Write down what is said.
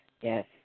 Yes